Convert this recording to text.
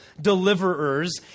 deliverers